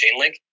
Chainlink